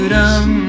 Dum